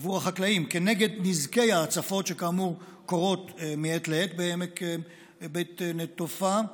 עבור החקלאים כנגד נזקי ההצפות שכאמור קורות מעת לעת בעמק בית נטופה.